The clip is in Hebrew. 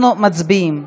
אנחנו מצביעים.